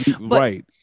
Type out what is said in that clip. Right